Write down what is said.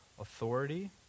authority